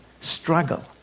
struggle